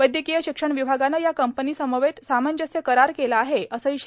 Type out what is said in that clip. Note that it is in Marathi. वैद्यकीय शिक्षण विभागाने या कंपनीसमवेत सामंजस्य करार केला आहे असेही श्री